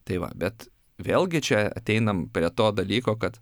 tai va bet vėlgi čia ateinam prie to dalyko kad